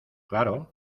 claro